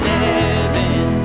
heaven